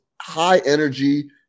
high-energy –